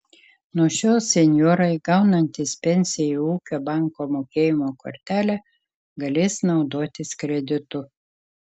nuo šiol senjorai gaunantys pensiją į ūkio banko mokėjimo kortelę galės naudotis kreditu